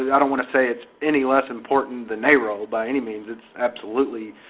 yeah don't want to say it's any less important than a-roll by any means. it's absolutely